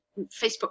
Facebook